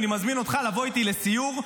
אני מזמין אותך לבוא איתי לסיור,